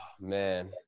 man